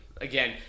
Again